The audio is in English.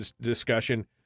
discussion